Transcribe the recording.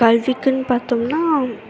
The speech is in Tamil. கல்விக்குன்னு பார்த்தோம்னா